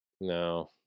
No